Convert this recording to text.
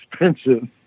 expensive